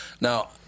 Now